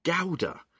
gouda